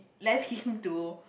left him to